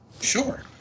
Sure